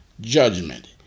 judgment